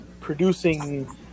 producing